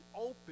open